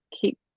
keep